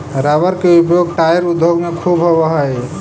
rubber के उपयोग tyre उद्योग में ख़ूब होवऽ हई